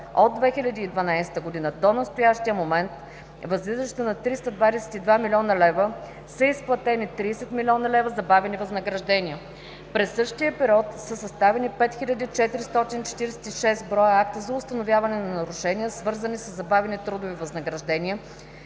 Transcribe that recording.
от 2012 г. до настоящия момент, възлизаща на 322 млн. лв., са изплатени 30 млн. лв. забавени възнаграждения. През същия период са съставени 5446 броя акта за установяване на нарушения, свързани със забавени трудови възнаграждения,